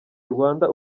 rwanda